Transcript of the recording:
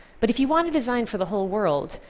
but if you want to design for the whole world,